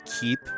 keep